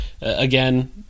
again